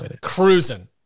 cruising